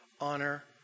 honor